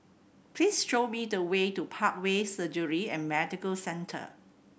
please show me the way to Parkway Surgery and Medical Centre